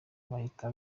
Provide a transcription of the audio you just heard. bahita